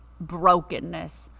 brokenness